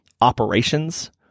operations